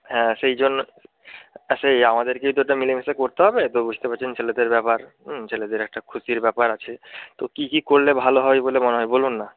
হ্যাঁ সেই জন্য হ্যাঁ সেই আমাদেরকেই তো ওটা মিলেমিশে করতে হবে তো বুঝতে পারছেন ছেলেদের ব্যাপার ছেলেদের একটা খুশির ব্যাপার আছে তো কী কী করলে ভালো হবে বলে মনে হয় বলুন না